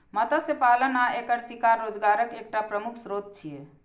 मत्स्य पालन आ एकर शिकार रोजगारक एकटा प्रमुख स्रोत छियै